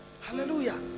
Hallelujah